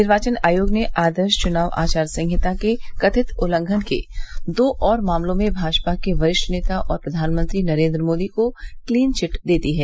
निर्वाचन आयोग ने आदर्श च्नाव आचार संहिता के कथित उल्लंघन के दो और मामलों में भाजपा के वरिष्ठ नेता और प्रधानमंत्री नरेन्द्र मोदी को क्लीन चिट दे दी हैं